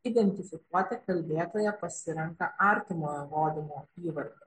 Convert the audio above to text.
identifikuoti kalbėtoja pasirenka artimojo rodymo įvardį